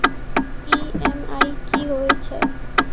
EMI कि होय छै?